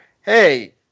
hey